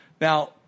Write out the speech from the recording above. Now